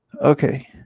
Okay